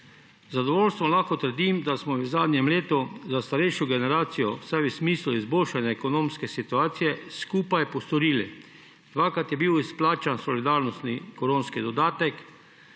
Z zadovoljstvom lahko trdim, da smo v zadnjem letu za starejšo generacijo, vsaj v smislu izboljšanja ekonomske situacije, skupaj postorili naslednje: dvakrat je bil izplačan solidarnostni koronski dodatek,